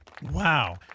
Wow